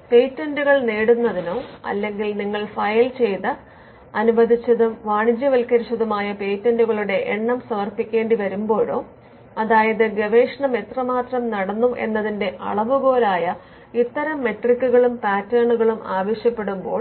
അതിനാൽ പേറ്റന്റുകൾ നേടുന്നതിനോ അല്ലെങ്കിൽ നിങ്ങൾ ഫയൽ ചെയ്ത അനുവദിച്ചതും വാണിജ്യവത്ക്കരിച്ചതുമായ പേറ്റന്റുകളുടെ എണ്ണം സമർപ്പിക്കേണ്ടിവരുമ്പോഴോ അതായത് ഗവേഷണം എത്രമാത്രം നടന്നു എന്നതിന്റെ അളവുകോൽ ആയ ഇത്തരം മെട്രിക്കുകളും പാറ്റേണുകളും ആവശ്യപ്പെടുമ്പോൾ